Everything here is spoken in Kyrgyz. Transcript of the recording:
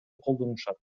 колдонушат